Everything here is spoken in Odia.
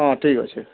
ହଁ ଠିକ୍ ଅଛେ